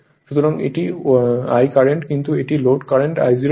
সুতরাং এটি I current কিন্তু এটি লোড কারেন্ট I0 নয়